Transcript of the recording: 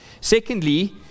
Secondly